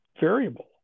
variable